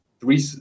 three